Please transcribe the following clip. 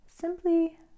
simply